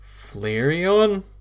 Flareon